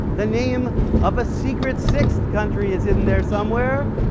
the name of a secret sixth country is hidden there somewhere.